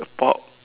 pork